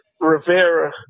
Rivera